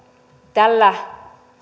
tällä